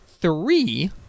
three